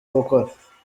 gukora